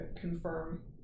confirm